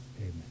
Amen